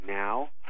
now